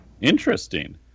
interesting